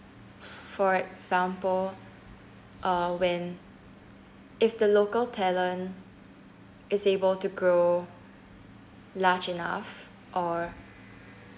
for example uh when if the local talent is able to grow large enough or